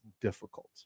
difficult